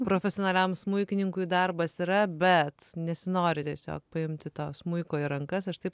profesionaliam smuikininkui darbas yra bet nesinori tiesiog paimti to smuiko į rankas aš taip